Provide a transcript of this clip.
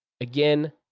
Again